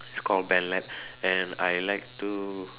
it's called ballad and I like to